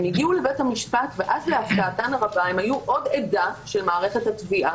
הן הגיעו לבית המשפט ואז להפתעתן הרבה הן היו עוד עדה של מערכת התביעה.